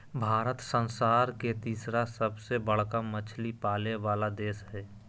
भारत संसार के तिसरा सबसे बडका मछली पाले वाला देश हइ